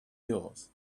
yours